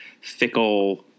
fickle